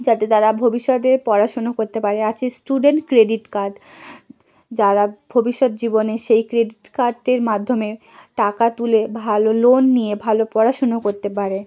যাতে তারা ভবিষ্যতে পড়াশুনো করতে পারে আছে স্টুডেন্ট ক্রেডিট কার্ড যারা ভবিষ্যৎ জীবনে সেই ক্রেডিট কার্ডটির মাধ্যমে টাকা তুলে ভালো লোন নিয়ে ভালো পড়াশুনো করতে পারে